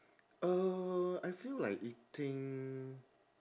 uh I feel like eating